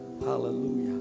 Hallelujah